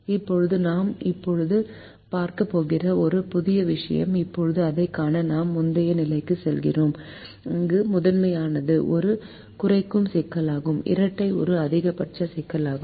இப்போது இது நாம் இப்போது பார்க்கப் போகிற ஒரு புதிய விஷயம் இப்போது இதைக் காண நாம் முந்தைய நிலைக்குச் செல்கிறோம் அங்கு முதன்மையானது ஒரு குறைக்கும் சிக்கலாகும் இரட்டை ஒரு அதிகபட்ச சிக்கலாகும்